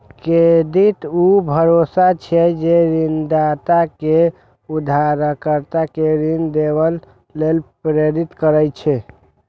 credit ऊ भरोसा छियै, जे ऋणदाता कें उधारकर्ता कें ऋण देबय लेल प्रेरित करै छै